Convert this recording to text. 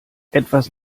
etwas